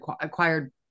acquired